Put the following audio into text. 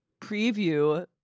Preview